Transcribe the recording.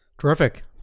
Terrific